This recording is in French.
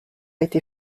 été